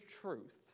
truth